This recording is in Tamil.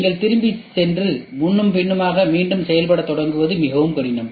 நீங்கள் திரும்பிச் சென்று முன்னும் பின்னுமாக மீண்டும் செயல்படத் தொடங்குவது மிகவும் கடினம்